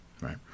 right